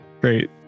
Great